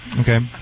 Okay